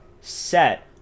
set